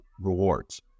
rewards